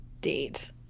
date